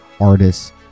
artists